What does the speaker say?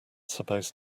supposed